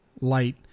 light